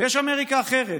ויש אמריקה אחרת,